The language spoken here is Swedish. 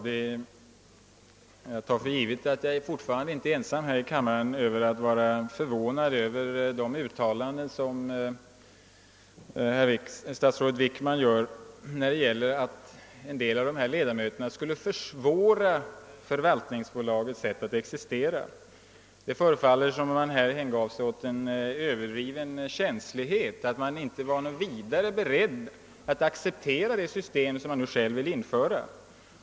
Herr talman! Jag tar för givet att jag fortfarande inte är ensam här i kammaren om att vara förvånad över statsrådet Wickmans uttalande, att en del av ledamöterna på <förvaltningsbolagets stämma skulle försvåra förvaltningsbolagets arbete. Det förefaller som om han är överdrivet känslig då han inte är beredd att acceptera det system han själv vill införa.